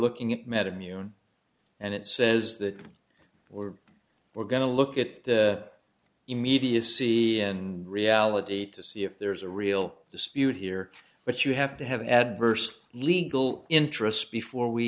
looking at madame yoon and it says that we're we're going to look at the immediacy and reality to see if there's a real dispute here but you have to have adverse legal interests before we